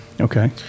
Okay